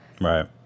Right